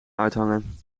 uithangen